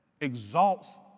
exalts